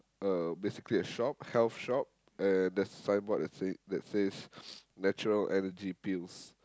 uh basically a shop health shop and there's a signboard that say that says natural Energy Pills